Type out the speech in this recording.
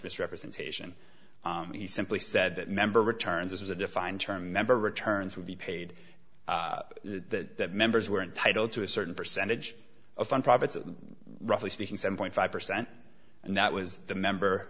misrepresentation he simply said that member returns as a defined term member returns would be paid that members were entitled to a certain percentage of on profits roughly speaking seven point five percent and that was the member